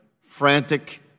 frantic